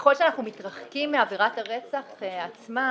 ככל שאנחנו מתרחקים מעבירת הרצח עצמה,